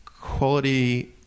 quality